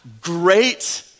great